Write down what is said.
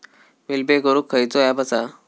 Bill pay करूक खैचो app असा?